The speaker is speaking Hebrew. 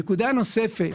נקודה נוספת.